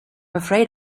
afraid